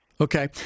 Okay